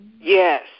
Yes